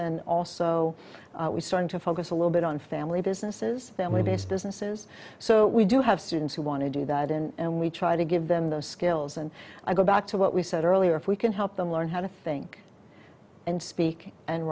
and also we started to focus a little bit on family business is family based businesses so we do have students who want to do that and we try to give them the skills and i go back to what we said earlier if we can help them learn how to think and speak and